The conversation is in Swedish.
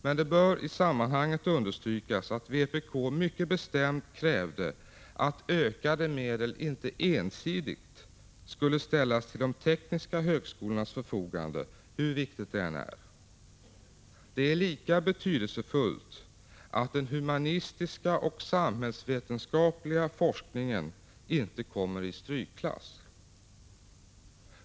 Men det bör i sammanhanget understrykas att vpk mycket bestämt krävde att ökade medel inte ensidigt skulle ställas till de tekniska högskolornas förfogande, hur viktigt det än är med förstärkningar där. Det är lika betydelsefullt att den humanistiska och samhällsvetenskapliga forskningen inte kommer i strykklass.